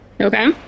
Okay